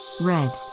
Red